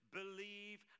believe